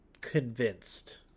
convinced